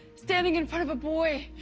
standing in front of a boy,